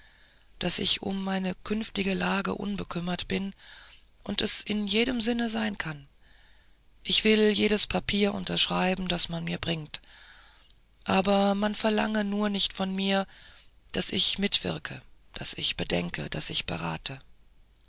daß ich um meine künftige lage unbekümmert bin und es in jedem sinne sein kann ich will jedes papier unterschreiben das man mir bringt aber man verlange nur nicht von mir daß ich mitwirke daß ich bedenke daß ich berate